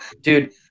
Dude